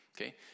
Okay